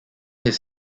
his